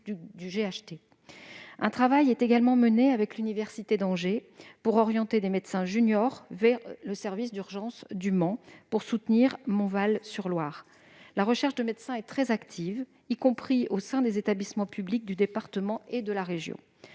(GHT). Est également mené avec l'université d'Angers un travail visant à orienter des médecins juniors vers le service d'urgence du Mans pour soutenir Montval-sur-Loir. La recherche de médecins est très active, y compris au sein des établissements publics du département et de la région.